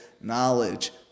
knowledge